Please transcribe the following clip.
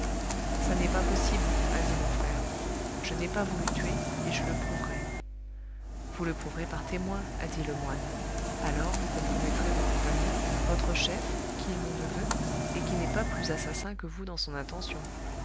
ça n'est pas possible a dit mon frère je n'ai pas voulu tuer et je le prouverai vous le prouverez par témoins a dit le moine alors vous compromettrez vos compagnons votre chef qui est mon neveu et qui n'est pas plus assassin que vous dans son intention